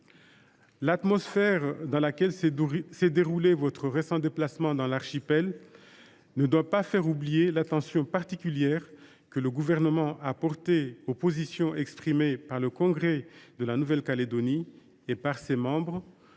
L’atmosphère dans laquelle s’est déroulé votre récent déplacement dans l’archipel ne doit pas faire oublier l’attention particulière que le Gouvernement a portée aux positions exprimées par les membres du congrès de la Nouvelle Calédonie, y compris